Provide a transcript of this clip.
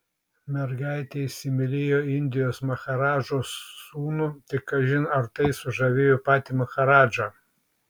mergaitė įsimylėjo indijos maharadžos sūnų tik kažin ar tai sužavėjo patį maharadžą